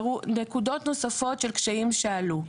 נקודות נוספות של קשיים שעלו.